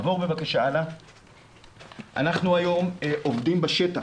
אנחנו היום עובדים בשטח,